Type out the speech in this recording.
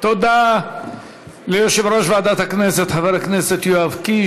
תודה ליושב-ראש ועדת הכנסת חבר הכנסת יואב קיש.